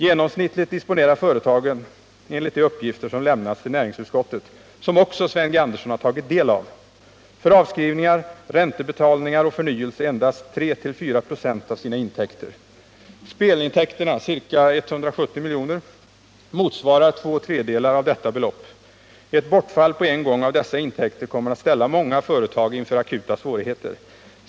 Genomsnittligt disponerar företagen — enligt de uppgifter som lämnats till näringsutskottet och som också Sven G. Andersson tagit del av — för avskrivningar, räntebetalningar och förnyelse endast 3-4 96 av sina intäkter. Spelintäkterna — ca 170 miljoner — motsvarar två tredjedelar av detta belopp. Ett bortfall på en gång av dessa intäkter kommer att ställa många företag inför akuta svårigheter.